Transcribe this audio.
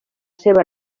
seva